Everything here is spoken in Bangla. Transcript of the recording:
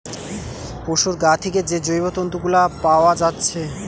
পোশুর গা থিকে যে জৈব তন্তু গুলা পাআ যাচ্ছে